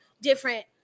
different